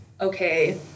okay